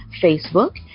Facebook